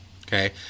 okay